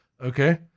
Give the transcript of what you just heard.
Okay